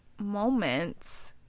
moments